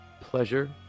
pleasure